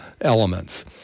elements